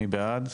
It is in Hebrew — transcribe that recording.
מי בעד?